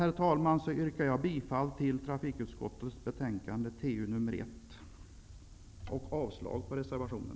Med detta yrkar jag bifall till hemställan i trafikutskottets betänkande TU1 och avslag på reservationen.